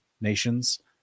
nations